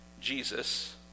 Jesus